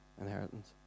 inheritance